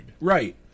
Right